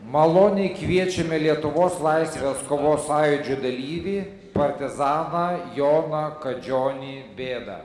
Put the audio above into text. maloniai kviečiame lietuvos laisvės kovos sąjūdžio dalyvį partizaną joną kadžionį bėdą